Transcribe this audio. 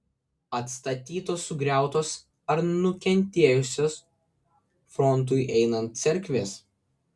atstatytos sugriautos ar nukentėjusios frontui einant cerkvės